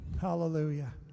hallelujah